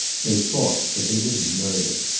they fought, but they didn't murder.